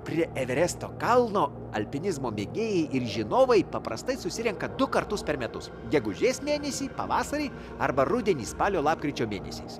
prie everesto kalno alpinizmo mėgėjai ir žinovai paprastai susirenka du kartus per metus gegužės mėnesį pavasarį arba rudenį spalio lapkričio mėnesiais